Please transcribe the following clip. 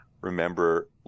remember